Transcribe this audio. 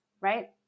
Right